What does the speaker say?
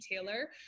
Taylor